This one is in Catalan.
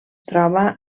troba